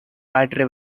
battery